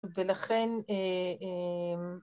‫ולכן...